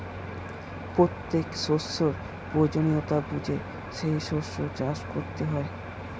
প্রত্যেক শস্যের প্রয়োজনীয়তা বুঝে সেই শস্য চাষ করতে হয়